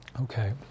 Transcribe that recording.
Okay